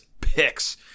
picks